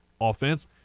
offense